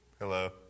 Hello